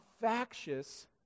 factious